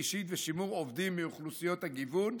אישית ושימור עובדים מאוכלוסיות הגיוון.